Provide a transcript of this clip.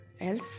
Else